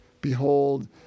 Behold